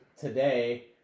today